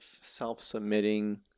self-submitting